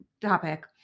topic